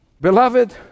Beloved